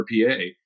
RPA